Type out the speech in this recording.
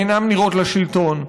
אינן נראות לשלטון,